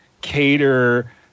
cater